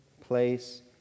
place